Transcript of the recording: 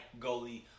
goalie